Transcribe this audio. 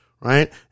right